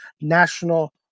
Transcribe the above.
national